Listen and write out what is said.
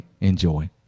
Enjoy